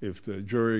if the jury